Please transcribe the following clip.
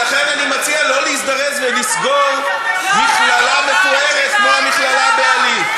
ולכן אני מציע לא להזדרז לסגור מכינה מפוארת כמו המכינה בעלי.